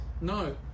No